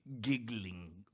giggling